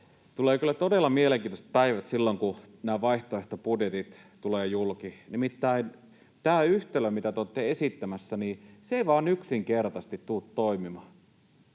tulee kyllä todella mielenkiintoiset päivät silloin, kun nämä vaihtoehtobudjetit tulevat julki. Nimittäin tämä yhtälö siitä, mitä te olette esittämässä, ei vaan yksinkertaisesti tule toimimaan.